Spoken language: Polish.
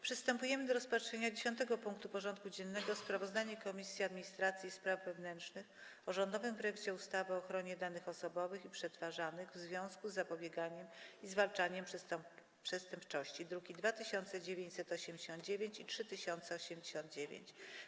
Przystępujemy do rozpatrzenia punktu 10. porządku dziennego: Sprawozdanie Komisji Administracji i Spraw Wewnętrznych o rządowym projekcie ustawy o ochronie danych osobowych przetwarzanych w związku z zapobieganiem i zwalczaniem przestępczości (druki nr 2989 i 3089)